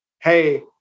hey